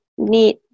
Need